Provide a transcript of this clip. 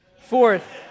Fourth